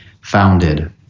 founded